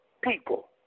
people